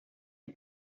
die